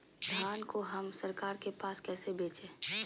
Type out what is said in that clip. धान को हम सरकार के पास कैसे बेंचे?